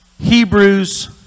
Hebrews